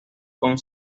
con